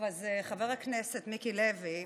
טוב, אז חבר הכנסת מיקי לוי,